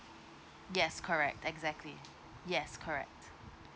yes correct exactly yes correct